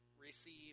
receive